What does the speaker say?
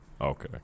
Okay